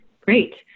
great